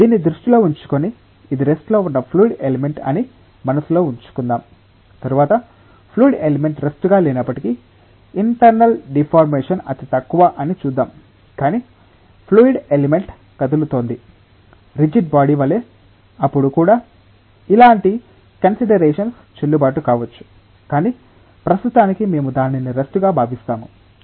దీన్ని దృష్టిలో ఉంచుకుని ఇది రెస్ట్ లో ఉన్న ఫ్లూయిడ్ ఎలిమెంట్ అని మనసులో ఉంచుకుందాం తరువాత ఫ్లూయిడ్ ఎలిమెంట్ రెస్ట్ గా లేనప్పటికీ ఇంటర్నల్ డిఫార్మేషన్ అతితక్కువ అని చూద్దాం కాని ఫ్లూయిడ్ ఎలిమెంట్ కదులుతోంది రిజిడ్ బాడీ వలె అప్పుడు కూడా ఇలాంటి కన్సిడరేషన్స్ చెల్లుబాటు కావచ్చు కానీ ప్రస్తుతానికి మేము దానిని రెస్ట్ గా భావిస్తాము